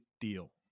deal